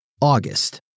August